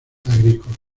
agrícolas